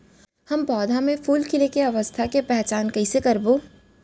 हम पौधा मे फूल खिले के अवस्था के पहिचान कईसे करबो